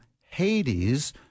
Hades